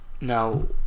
Now